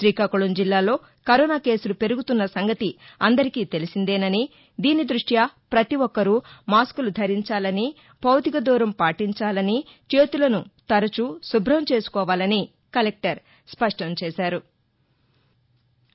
తీకాకుళం జిల్లాలో కరోనా కేసులు పెరుగుతున్న సంగతి అందరికీ తెలిసిందేనని దీని దృష్యా ప్రతి ఒక్కరూ మాస్కులు ధరించాలని భౌతిక దూరం పాటించాలని చేతులను తరచూ శుభ్రం చేసుకోవాలని కలెక్లర్ స్పష్టం చేశారు